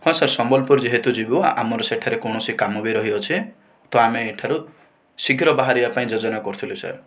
ହଁ ସାର୍ ସମ୍ବଲପୁର ଯେହେତୁ ଯିବୁ ଆମର ସେଠାରେ କୌଣସି କାମ ବି ରହିଅଛି ତ ଆମେ ଏଠାରୁ ଶୀଘ୍ର ବାହାରିବା ପାଇଁ ଯୋଜନା କରିଥିଲୁ ସାର୍